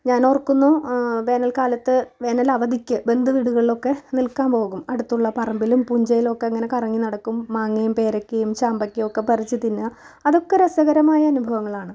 ഞാൻ ഓർക്കുന്നു വേനൽക്കാലത്ത് വേനലവധിക്ക് ബന്ധുവീടുകളിലൊക്കെ നിൽക്കാൻ പോകും അടുത്തുള്ള പറമ്പിലും പുഞ്ചയിലൊക്കെ ഇങ്ങനെ കറങ്ങി നടക്കും മാങ്ങയും പേരയ്ക്കയും ചാമ്പയ്ക്കയൊക്കെ പറിച്ച് തിന്നുക അതൊക്കെ രസകരമായ അനുഭവങ്ങളാണ്